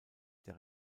der